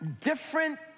different